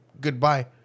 goodbye